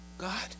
God